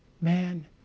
man